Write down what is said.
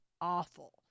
awful